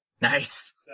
Nice